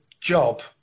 job